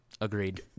Agreed